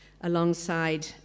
alongside